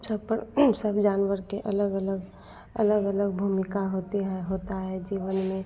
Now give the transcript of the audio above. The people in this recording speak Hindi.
सब पर सब जानवर के अलग अलग अलग अलग भूमिका होती है होता है जीवन में